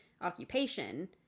occupation